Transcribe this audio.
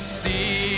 see